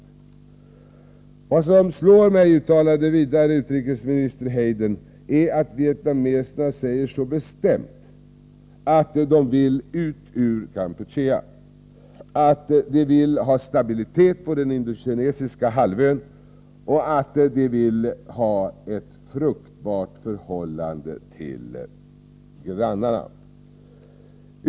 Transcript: Vad som slår mig, uttalade utrikesminister Hayden vidare, är att vietnameserna så bestämt säger att de vill ut ur Kampuchea, att de vill ha stabilitet på den indokinesiska halvön och att de vill ha ett fruktbart förhållande till sina grannar.